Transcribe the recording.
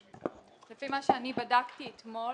לפי מה שאני בדקתי אתמול,